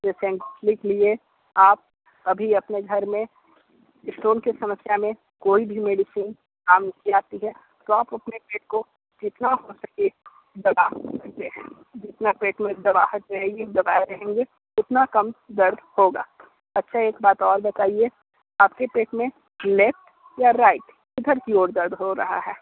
patient लिख लिए आप अभी अपने घर में स्टोन के समस्या में कोई भी मेडिसिन काम नहीं आती है तो आप अपने पेट को जितना हो सके दबा सकते हैं जितना पेट में दबाहट रहेगी दबाए रहेंगे उतना कम दर्द होगा अच्छा एक बात और बताइए आपके पेट में लेफ़्ट या राइट किधर की ओर दर्द हो रहा है